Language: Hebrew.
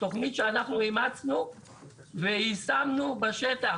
תוכנית שאנחנו אימצנו ויישמנו בשטח.